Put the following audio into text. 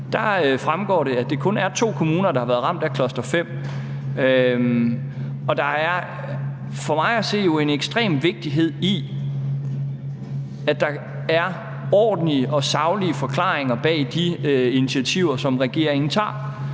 Fødevareudvalg, at det kun er to kommuner, der har været ramt af cluster-5. Der er for mig at se en ekstrem vigtighed i, at der er ordentlige og saglige forklaringer bag de initiativer, som regeringen tager.